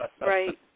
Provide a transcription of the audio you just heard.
Right